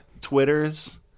twitters